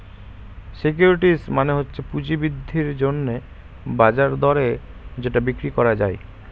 securities মানে হচ্ছে পুঁজি বৃদ্ধির জন্যে বাজার দরে যেটা বিক্রি করা যায়